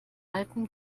alten